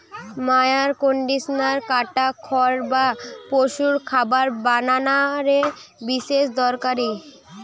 mower conditioner কাটা খড় বা পশুর খাবার বানানা রে বিশেষ দরকারি